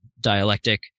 dialectic